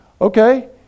Okay